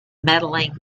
medaling